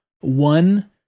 one